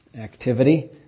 activity